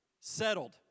Settled